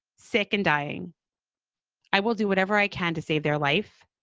sick and dying i will do whatever i can to save their life.